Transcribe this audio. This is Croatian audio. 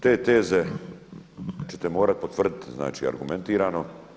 Te teze ćete morati potvrditi, znači argumentirano.